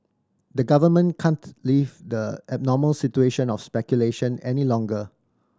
the government can't leave the abnormal situation of speculation any longer